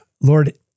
Lord